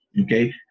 Okay